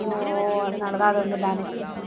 ஓ அதனால் தான் அது வந்து டேனிஷ்